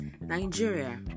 nigeria